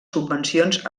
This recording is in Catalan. subvencions